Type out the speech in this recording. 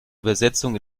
übersetzung